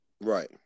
right